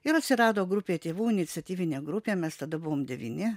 ir atsirado grupė tėvų iniciatyvinė grupė mes tada buvom devyni